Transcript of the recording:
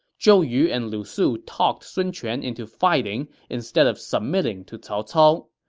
zhou yu and lu su talked sun quan into fighting instead of submitting to cao cao.